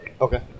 Okay